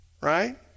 right